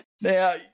Now